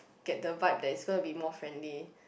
get the vibe place so will be more friendly